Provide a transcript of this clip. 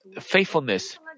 faithfulness